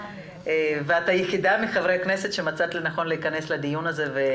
את היחידה מחברי הכנסת שמצאת לנכון להיכנס לדיון הזה.